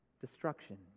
destruction